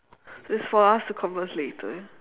it's for us to converse later